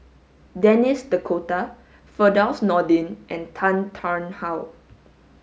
Denis D Cotta Firdaus Nordin and Tan Tarn How